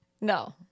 No